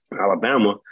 Alabama